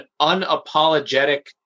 unapologetic